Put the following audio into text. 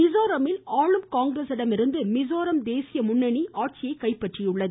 மிசோரமில் ஆளும் காங்கிரஸிடமிருந்து மிசோரம் தேசிய முன்னணி ஆட்சியை கைப்பற்றியுள்ளது